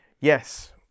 yes